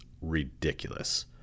ridiculous